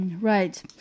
Right